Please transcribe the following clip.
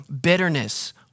bitterness